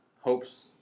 hopes